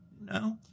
No